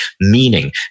meaning